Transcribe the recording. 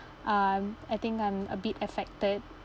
um I think I'm a bit affected